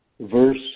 verse